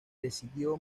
decidió